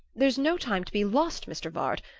there's no time to be lost, mr. vard.